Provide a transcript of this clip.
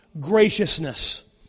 graciousness